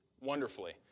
wonderfully